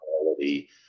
quality